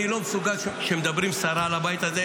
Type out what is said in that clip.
אני לא מסוגל שמדברים סרה על הבית הזה.